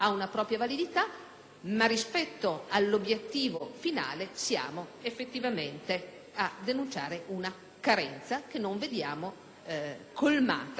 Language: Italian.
rispetto all'obiettivo finale dobbiamo effettivamente denunciare una carenza che non vediamo colmata con atti successivi.